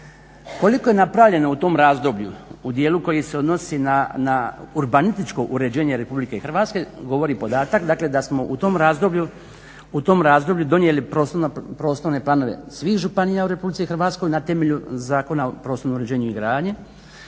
Koliko je napravljeno u tom razdoblju u dijelu koji se odnosi na urbanističko uređenje RH govori podatak dakle da smo u tom razdoblju donijeli prostorne planove svih županija u RH na temelju Zakona o prostornom uređenju i gradnji,